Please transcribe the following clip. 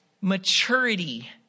maturity